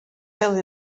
fel